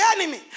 enemy